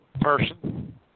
person